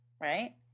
right